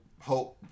Hope